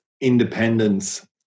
independence